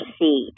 see